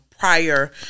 prior